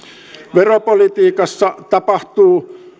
veropolitiikassa tapahtuu